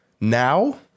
now